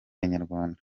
inyarwanda